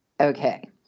Okay